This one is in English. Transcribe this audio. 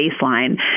baseline